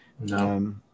No